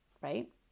right